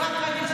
אפרת רייטן,